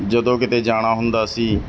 ਜਦੋਂ ਕਿਤੇ ਜਾਣਾ ਹੁੰਦਾ ਸੀ